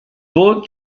board